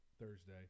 Thursday